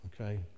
Okay